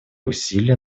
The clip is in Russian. усилия